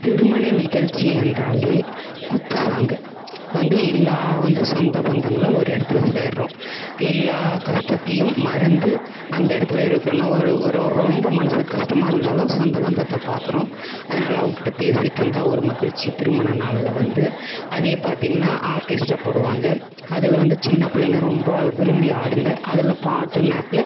திருமண நிகழ்ச்சி என்றாலே குத்து சாங்கு இப்போ வந்து எல்லா வந்து சொந்த பந்தங்களும் ஒரு இடத்துல சேர்கிறோம் எல்லா கஷ்டத்தையும் மறந்து அந்த இடத்துல இருக்கணுன்னா ஒரு ஒ ரொ ரொ ரொம்ப மனசுக்கு கஷ்டமா இருந்தால் தான் சொந்த பந்தத்தை பார்க்குறோம் அதனால் அவங்கக்கிட்ட பேசிட்ருந்தால் ஒரு மகிழ்ச்சி திருமண நாளில் வந்து அதே பார்த்திங்கன்னா ஆர்கெஸ்ட்ரா போடுவாங்க அதில் வந்து சின்ன பிள்ளைங்க ரொம்ப விரும்பி ஆடுங்க அதில் பாட்டுனாக்ல